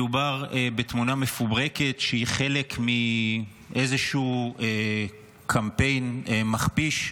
מדובר בתמונה מפוברקת שהיא חלק מאיזשהו קמפיין מכפיש,